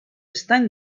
estan